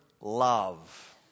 love